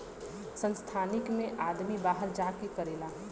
संस्थानिक मे आदमी बाहर जा के करेला